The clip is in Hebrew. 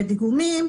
בדיגומים,